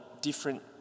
different